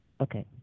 Okay